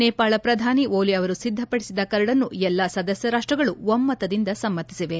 ನೇಪಾಳ ಪ್ರಧಾನಿ ಓಲಿ ಅವರು ಸಿದ್ದಪಡಿಸಿದ ಕರಡನ್ನು ಎಲ್ಲಾ ಸದಸ್ಯ ರಾಷ್ಟಗಳು ಒಮ್ಮತದಿಂದ ಸಮ್ಮತಿಸಿವೆ